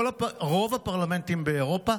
רוב הפרלמנטים באירופה,